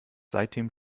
seitdem